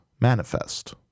manifest